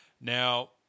Now